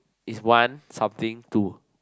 is one something two